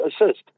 assist